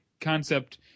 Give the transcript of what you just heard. concept